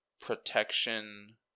protection